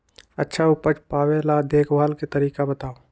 अच्छा उपज पावेला देखभाल के तरीका बताऊ?